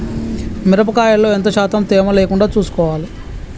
మిరప కాయల్లో ఎంత శాతం తేమ లేకుండా చూసుకోవాలి?